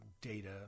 data